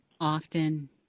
often